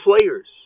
players